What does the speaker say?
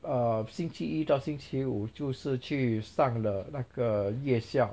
um 星期一到星期五就是去上了那个夜校